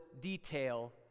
detail